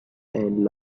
and